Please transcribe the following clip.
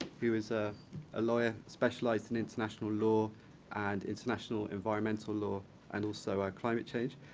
who is a ah lawyer specialized in international law and international environmental law and also ah climate change.